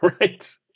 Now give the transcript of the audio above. Right